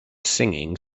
singing